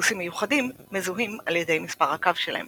אוטובוסים מיוחדים מזוהים על ידי מספר הקו שלהם